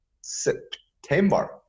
september